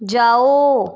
जाओ